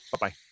Bye-bye